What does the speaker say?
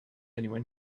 anyone